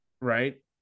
right